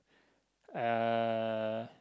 uh